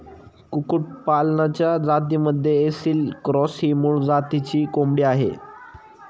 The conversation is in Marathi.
कुक्कुटपालनाच्या जातींमध्ये ऐसिल क्रॉस ही मूळ जातीची कोंबडी आहे